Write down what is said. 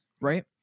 Right